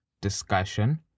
discussion